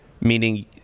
meaning